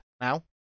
now